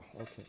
Okay